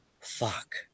Fuck